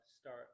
start